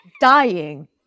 dying